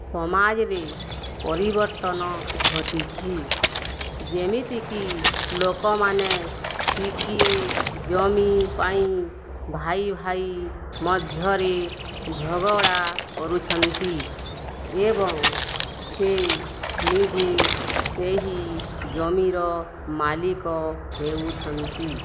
ସମାଜରେ ପରିବର୍ତ୍ତନ ଘଟିଛି ଯେମିତିକି ଲୋକମାନେ ଟିକିଏ ଜମି ପାଇଁ ଭାଇ ଭାଇ ମଧ୍ୟରେ ଝଗଡ଼ା କରୁଛନ୍ତି ଏବଂ ସେ ନିଜେ ସେହି ଜମିର ମାଲିକ ହେଉଛନ୍ତି